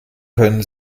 können